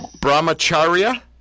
Brahmacharya